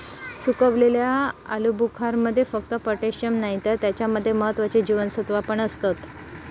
सुखवलेल्या आलुबुखारमध्ये फक्त पोटॅशिअम नाही तर त्याच्या मध्ये महत्त्वाची जीवनसत्त्वा पण असतत